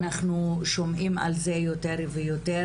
אנחנו שומעים על זה יותר ויותר.